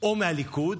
או מהליכוד.